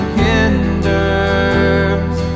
hinders